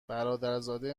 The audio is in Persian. برادرزاده